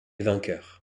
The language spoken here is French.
vainqueur